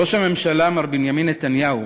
ראש הממשלה מר בנימין נתניהו,